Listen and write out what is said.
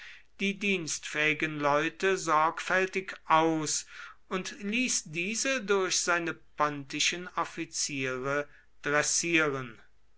die dienstfähigen leute sorgfältig aus und ließ diese durch seine pontischen offiziere dressieren